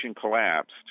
collapsed